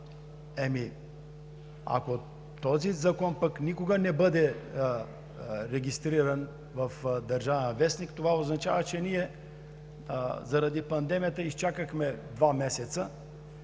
Ако този закон пък никога не бъде регистриран в „Държавен вестник“, това означава, че ние заради пандемията изчакахме два месеца,